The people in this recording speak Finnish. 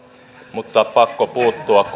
mutta on pakko puuttua